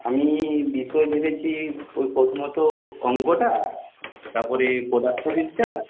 আমি বিষয় ভেবেছি ওই প্রথমত অঙ্কটা তার পরে পদার্থবিদ্যা